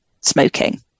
smoking